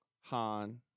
Han